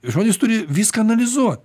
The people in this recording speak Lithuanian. žodis turi viską analizuot